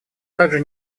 также